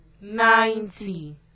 ninety